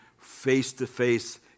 face-to-face